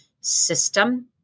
system